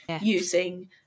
using